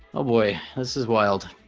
oh boy this is wild